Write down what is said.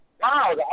wow